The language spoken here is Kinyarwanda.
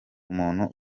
umuntu